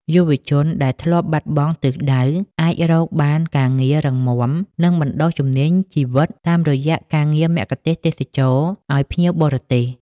យុវជនដែលធ្លាប់បាត់បង់ទិសដៅ អាចរកបានការងាររឹងមាំ និងបណ្តុះជំនាញជីវិតតាមរយៈការងារមគ្គុទេសក៍ទេសចរណ៍អោយភ្ញៀវបរទេស។